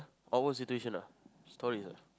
our situation ah story ah